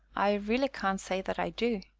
i really can't say that i do.